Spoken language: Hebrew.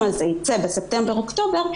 בספטמבר-אוקטובר,